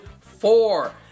four